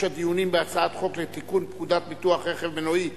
הדיונים בהצעת חוק לתיקון פקודת ביטוח רכב מנועי (מס'